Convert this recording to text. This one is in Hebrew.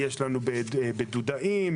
בדודאים,